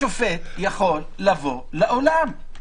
השופט יכול לבוא לאולם.